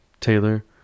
Taylor